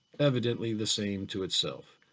evidently the same to itself.